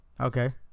okay